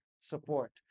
support